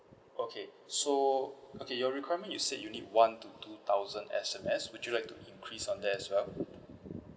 okay so okay your requirement you said you need one to two thousand S_M_S would you like to increase on that as well